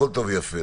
הכול טוב ויפה.